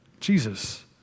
Jesus